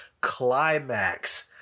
climax